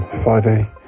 Friday